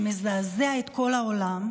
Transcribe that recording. שמזעזע את כל העולם,